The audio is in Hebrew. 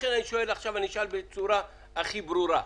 לכן אני אשאל בצורה הכי ברורה,